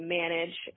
manage